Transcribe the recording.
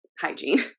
hygiene